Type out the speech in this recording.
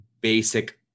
basic